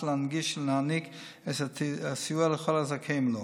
להנגיש ולהעניק את הסיוע לכל הזכאים לו.